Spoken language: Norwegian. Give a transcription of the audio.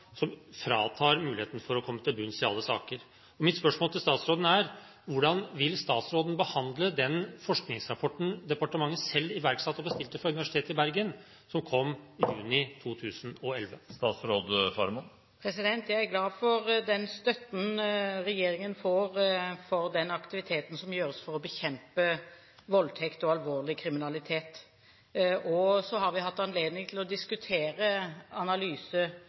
som fratar oss muligheten til å komme til bunns i alle saker. Mitt spørsmål til statsråden er: Hvordan vil statsråden behandle den forskningsrapporten departementet selv iverksatte og bestilte fra Universitetet i Bergen, og som kom i juni 2011? Jeg er glad for den støtten regjeringen får for den aktiviteten som gjøres for å bekjempe voldtekter og alvorlig kriminalitet. Så har vi hatt anledning til å diskutere